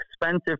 expensive